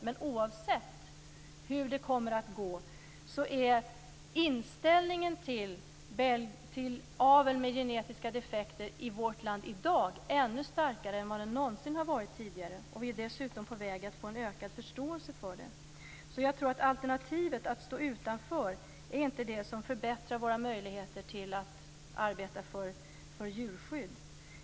Men oavsett hur det kommer att gå är inställningen mot avel med genetiska defekter i vårt land i dag ännu starkare än vad den någonsin har varit tidigare. Vi är dessutom på väg att få en ökad förståelse för det. Jag tror att alternativet att stå utanför är inte det som förbättrar våra möjligheter till att arbeta för djurskydd.